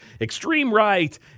extreme-right